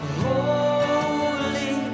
holy